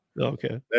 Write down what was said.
Okay